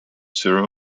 zero